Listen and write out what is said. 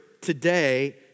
today